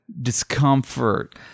Discomfort